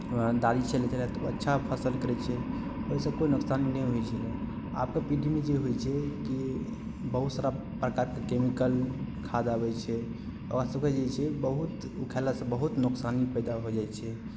दादी छलथिए तऽ ओ अच्छा फसल करै छै ओहिसँ कोइ नोकसानी नहि होइत छलै आबके पीढ़ीमे जे होइ छै कि बहुत सारा प्रकारके कैमिकल खाद आबै छै ओकरासभके जे छै बहुत ओ खेलासँ बहुत नोकसानी पैदा भऽ जाइत छै